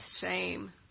shame